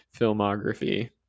filmography